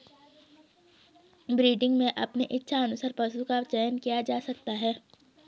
breeding में अपने इच्छा अनुसार पशु का चयन किया जा सकता है